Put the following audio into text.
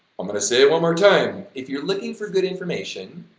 i'm gonna say it one more time if you're looking for good information,